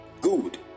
Good